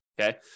okay